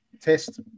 test